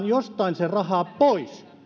jostain se raha otetaan pois